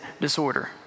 disorder